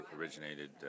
originated